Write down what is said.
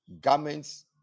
Garments